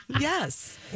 Yes